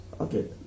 Okay